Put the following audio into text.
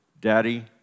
Daddy